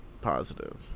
positive